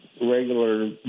regular